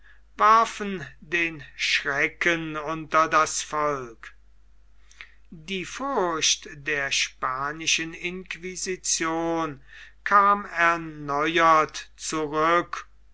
warfen den schrecken unter das volk die furcht der spanischen inquisition kam erneuert zurück